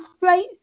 right